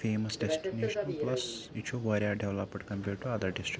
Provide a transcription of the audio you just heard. famous ڈیٚسٹٕنیشنہٕ بَس یہِ چھُ واریاہ developed compared to other districts